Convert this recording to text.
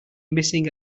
missing